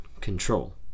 control